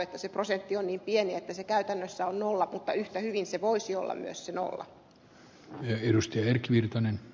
se prosentti on niin pieni että se käytännössä on nolla mutta yhtä hyvin se voisi olla myös se nolla